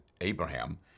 Abraham